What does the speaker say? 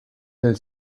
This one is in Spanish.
del